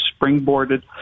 springboarded